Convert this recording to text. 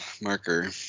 Marker